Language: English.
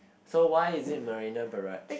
so why is it Marina Barrage